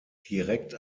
direkt